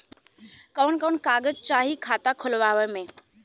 कवन कवन कागज चाही खाता खोलवावे मै?